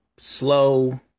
Slow